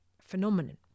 phenomenon